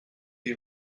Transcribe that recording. you